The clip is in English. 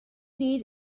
need